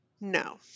No